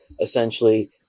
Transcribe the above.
essentially